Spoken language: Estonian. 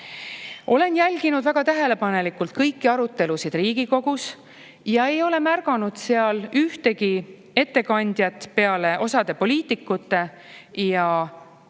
Olen jälginud väga tähelepanelikult kõiki arutelusid Riigikogus ega ole märganud ühtegi ettekandjat peale osa poliitikute ja